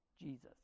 Jesus